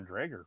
Drager